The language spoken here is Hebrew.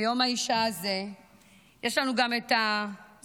ביום האישה הזה יש לנו גם את הזכות